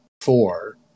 four